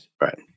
Right